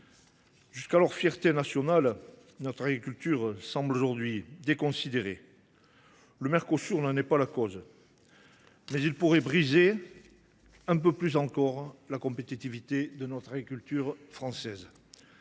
Jusqu’alors fierté nationale, notre agriculture semble aujourd’hui déconsidérée. Le Mercosur n’en est pas la cause, mais il pourrait briser un peu plus encore la compétitivité de notre agriculture française.